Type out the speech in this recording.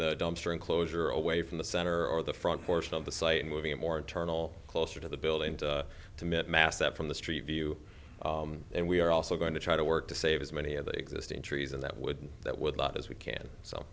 the dumpster enclosure away from the center or the front portion of the site and moving it more internal closer to the building to mid mass up from the street view and we are also going to try to work to save as many of the existing trees and that would that would but as we can so